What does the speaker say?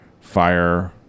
fire